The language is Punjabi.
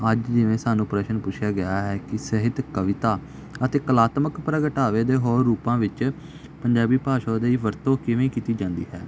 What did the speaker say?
ਅੱਜ ਜਿਵੇਂ ਸਾਨੂੰ ਪ੍ਰਸ਼ਨ ਪੁੱਛਿਆ ਗਿਆ ਹੈ ਕਿ ਸਾਹਿਤ ਕਵਿਤਾ ਅਤੇ ਕਲਾਤਮਕ ਪ੍ਰਗਟਾਵੇ ਦੇ ਹੋਰ ਰੂਪਾਂ ਵਿੱਚ ਪੰਜਾਬੀ ਭਾਸ਼ਾ ਦੀ ਵਰਤੋਂ ਕਿਵੇਂ ਕੀਤੀ ਜਾਂਦੀ ਹੈ